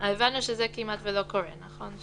הבנו שזה כמעט ולא קורה, נכון?